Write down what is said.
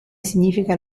significa